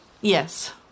Yes